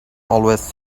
always